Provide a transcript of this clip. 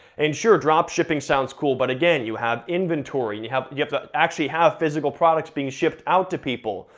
and sure, dropshipping sounds cool, but again you have inventory, and you have you have to actually have physical products being shipped out to people.